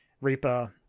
reaper